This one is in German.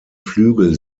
flügel